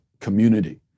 community